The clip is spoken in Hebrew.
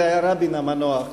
זה היה רבין המנוח.